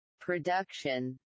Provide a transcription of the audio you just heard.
production